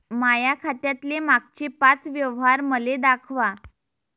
माया खात्यातले मागचे पाच व्यवहार मले दाखवा